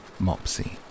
Mopsy